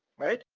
right?